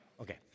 Okay